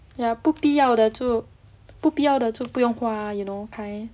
ya 不必要的就不必要的就不用花 you know kind